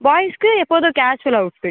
பாய்ஸ்க்கு எப்போதும் casual outfit